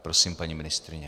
Prosím, paní ministryně.